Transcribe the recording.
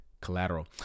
collateral